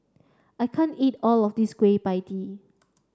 I can't eat all of this Kueh Pie Tee